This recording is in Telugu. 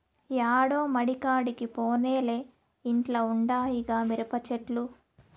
యాడో మడికాడికి పోనేలే ఇంట్ల ఉండాయిగా మిరపచెట్లు